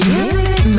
Music